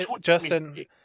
Justin